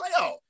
playoff